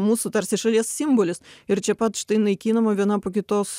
mūsų tarsi šalies simbolis ir čia pat štai naikinama viena po kitos